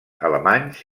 alemanys